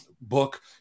book